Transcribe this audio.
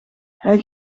hij